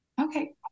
Okay